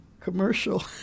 commercial